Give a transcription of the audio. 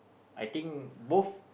I think both